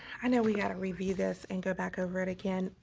i know we had to review this and go back over it again.